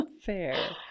Fair